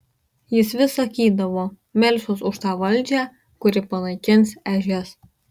jis vis sakydavo melsiuos už tą valdžią kuri panaikins ežias